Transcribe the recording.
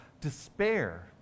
Despair